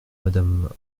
madame